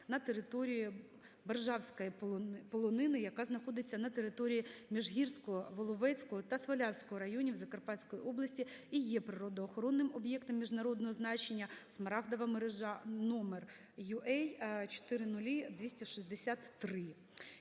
на території Боржавської полонини, яка знаходиться на території Міжгірського, Воловецького та Свалявського районів Закарпатської області і є природоохоронним об'єктом міжнародного значення "Смарагдова мережа №UA0000263".